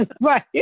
Right